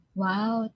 wow